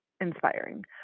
inspiring